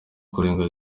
kurengera